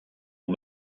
aux